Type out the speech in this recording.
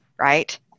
right